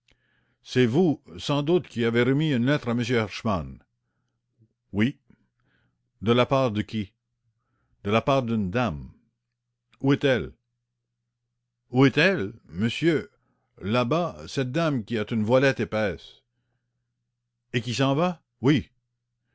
c'est vous sans doute qui avez remis une lettre à m herschmann oui de la part de qui de la part d'une dame où est-elle où est-elle tenez monsieur là-bas cette dame qui a une voilette épaisse et qui s'en va oui